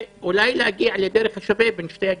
ואולי להגיע לדרך השווה בין שתי הגישות.